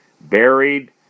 buried